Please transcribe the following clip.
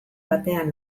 batean